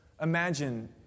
Imagine